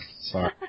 Sorry